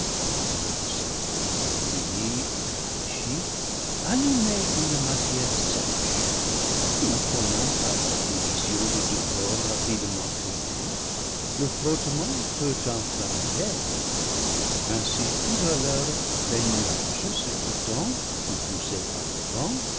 avec ses rayons recueillis et réfléchis animer une matière sèche ou comment par la collision de deux corps rapidement tournés le frottement peut enflammer l'air ainsi tout à l'heure les nuages se heurtant ou poussés par les vents